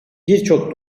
birçok